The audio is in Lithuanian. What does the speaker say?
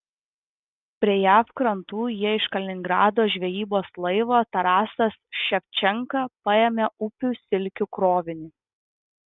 prie jav krantų jie iš kaliningrado žvejybos laivo tarasas ševčenka paėmė upių silkių krovinį